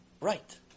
right